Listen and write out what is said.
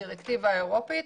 בדירקטיבה האירופית.